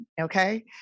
okay